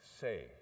say